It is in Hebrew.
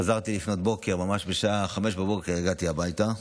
חזרתי לפנות בוקר, ממש בשעה 05:00 הגעתי הביתה,